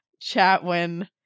chatwin